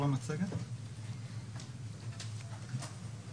תודה רבה.